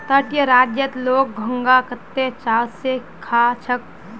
तटीय राज्यत लोग घोंघा कत्ते चाव स खा छेक